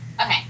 okay